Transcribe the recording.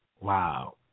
Wow